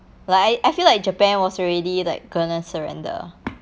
like I I feel like japan was already like gonna surrender